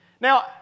Now